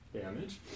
damage